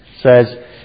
says